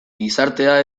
gizartea